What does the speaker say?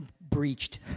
breached